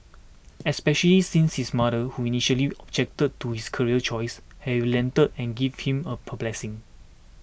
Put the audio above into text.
especially since his mother who initially objected to his career choice has relented and given him her blessings